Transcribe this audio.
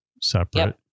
separate